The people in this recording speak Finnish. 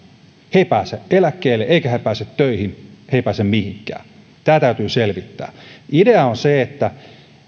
he eivät pääse eläkkeelle eivätkä he pääse töihin he eivät pääse mihinkään tämä täytyy selvittää idea on se että